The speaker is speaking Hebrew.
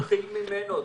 --- ממנו.